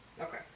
Okay